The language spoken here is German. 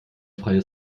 freie